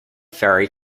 ferry